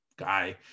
guy